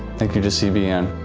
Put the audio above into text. thank you to cbn,